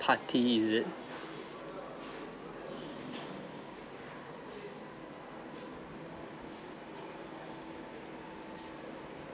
party is it